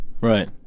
Right